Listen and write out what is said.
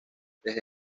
desde